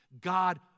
God